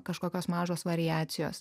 kažkokios mažos variacijos